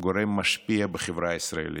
גורם משפיע בחברה הישראלית.